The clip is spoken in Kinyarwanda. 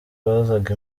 bazaga